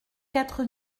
quatre